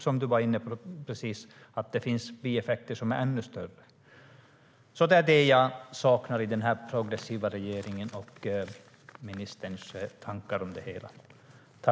Som du var inne på nyss, Mikael Damberg, finns det också bieffekter som är ännu större.